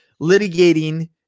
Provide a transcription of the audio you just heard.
litigating